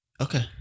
Okay